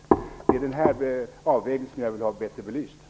Det vill jag ha bättre belyst.